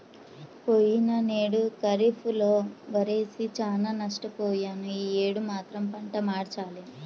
పోయినేడు ఖరీఫ్ లో వరేసి చానా నష్టపొయ్యాను యీ యేడు మాత్రం పంట మార్చాలి